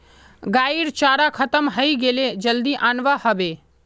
गाइर चारा खत्म हइ गेले जल्दी अनवा ह बे